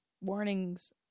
warnings